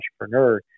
entrepreneur